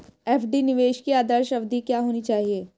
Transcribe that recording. FD निवेश की आदर्श अवधि क्या होनी चाहिए?